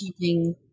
keeping